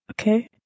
Okay